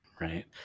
Right